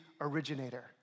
originator